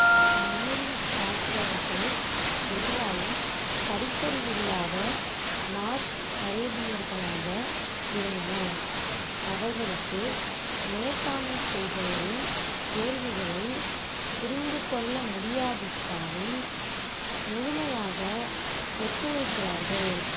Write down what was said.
நேரில் பார்த்தவர்களே பெரும்பாலும் படிப்பறிவு இல்லாத மார்ச் அரேபியர்களாக இருந்தனர் அவர்களுக்கு நேர்க்காணல் செய்பவரின் கேள்விகளை புரிந்துக் கொள்ள முடியாவிட்டாலும் முழுமையாக ஒத்துழைக்கிறார்கள்